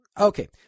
Okay